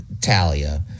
Talia